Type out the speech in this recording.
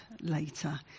later